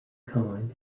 kind